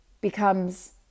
becomes